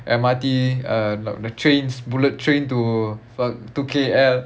M_R_T uh like the trains bullet train to for to K_L